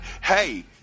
Hey